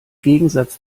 gegensatz